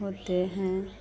होते हैं